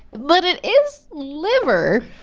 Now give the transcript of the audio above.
but it is liver.